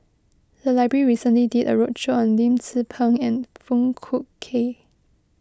the library recently did a roadshow on Lim Tze Peng and Foong Fook Kay